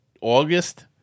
August